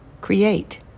create